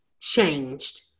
changed